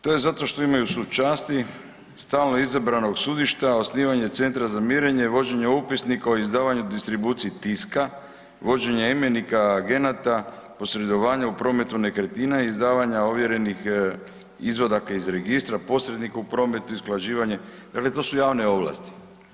To je zato što imaju sučasti stalno izabranog sudišta, osnivanje centra za mirenje i vođenje upisnika o izdavanju i distribuciji tiska, vođenje imenika agenata, posredovanju u prometu nekretnina, izdavanja ovjerenih izvadaka iz registra posredniku u prometu i usklađivanje, dakle to su javne ovlasti.